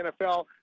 NFL